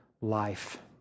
life